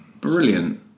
brilliant